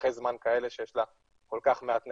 לטווחי זמן כאלה שיש לה כל כך מעט נכסים.